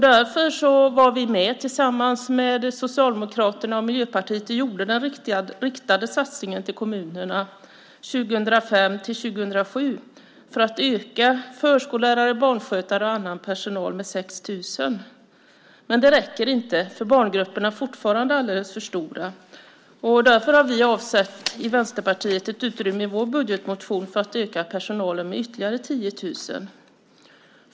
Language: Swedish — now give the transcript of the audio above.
Därför var vi med tillsammans med Socialdemokraterna och Miljöpartiet och gjorde den riktade satsningen till kommunerna 2005-2007 för att öka antalet förskollärare, barnskötare och annan personal med 6 000. Men det räcker inte. Barngrupperna är fortfarande alldeles för stora. Därför har vi i Vänsterpartiet avsatt ett utrymme i vår budgetmotion för att öka personalen med ytterligare 10 000.